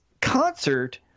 concert